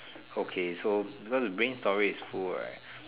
okay so because the brain story is full right